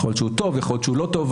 אולי הוא טוב, אולי הוא לא טוב.